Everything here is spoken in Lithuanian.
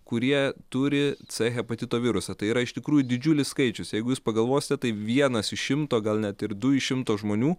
kurie turi c hepatito virusą tai yra iš tikrųjų didžiulis skaičius jeigu jūs pagalvosit tai vienas iš šimto gal net ir du iš šimto žmonių